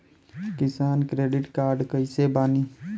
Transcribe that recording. किसान credit card कइसे बानी?